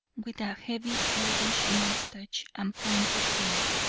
with a heavy reddish mustache and pointed beard.